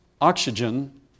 oxygen